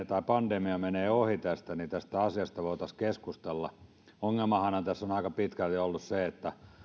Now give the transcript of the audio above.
tai pandemia menee ohi tästä niin tästä asiasta voitaisiin keskustella ongelmanahan tässä on aika pitkälti ollut se että